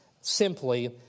simply